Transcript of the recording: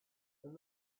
and